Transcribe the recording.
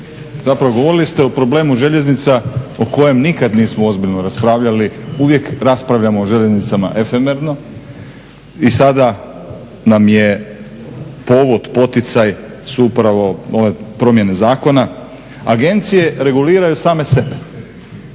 Zapravo govorili ste o problemu željeznica o kojem nikad nismo ozbiljno raspravljali, uvijek raspravljamo o željeznicama efemerno i sada nam je povod poticaj su upravo ove promjene zakona. Agencije reguliraju same sebe,